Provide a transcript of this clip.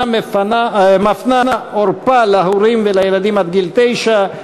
מפנה עורפה להורים לילדים עד גיל תשע,